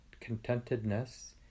contentedness